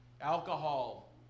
alcohol